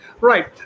Right